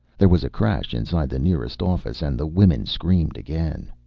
there was a crash inside the nearest office and the women screamed again.